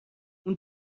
اون